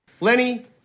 Lenny